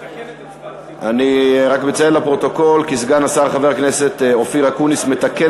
אני רק מציין לפרוטוקול כי סגן השר חבר הכנסת אופיר אקוניס מתקן